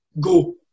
Go